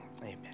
amen